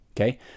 okay